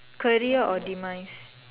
career or demise